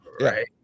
right